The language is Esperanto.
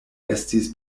estis